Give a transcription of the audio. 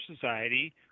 society